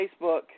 Facebook